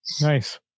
Nice